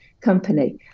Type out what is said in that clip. company